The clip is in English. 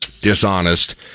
dishonest